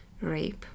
rape